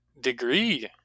degree